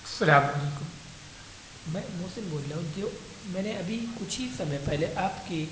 السلام علیکم میں محسن بول رہا ہوں جو میں نے ابھی کچھ ہی سمے پہلے آپ کی